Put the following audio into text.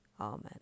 Amen